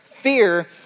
fear